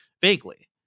vaguely